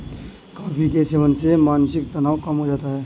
coffee के सेवन से मानसिक तनाव कम हो जाता है